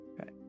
Okay